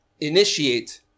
initiate